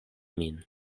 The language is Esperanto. min